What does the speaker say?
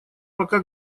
пока